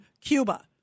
Cuba